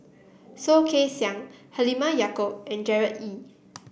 Soh Kay Siang Halimah Yacob and Gerard Ee